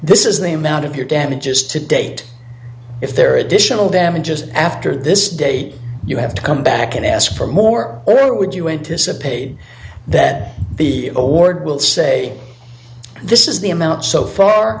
this is the amount of your damages to date if there are additional damages after this date you have to come back and ask for more or would you anticipate that the award will say this is the amount so far